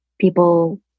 people